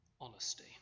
honesty